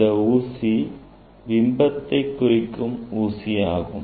இந்த ஊசி பிம்பத்தை குறிக்கும் ஊசியாகும்